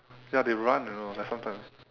ya they run you know like sometimes